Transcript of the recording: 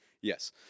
Yes